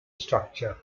structure